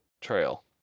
trail